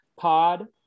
pod